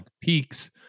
Peaks